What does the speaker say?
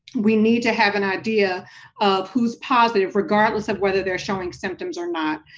we need to have an idea of who's positive, regardless of whether they're showing symptoms or not.